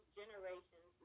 generations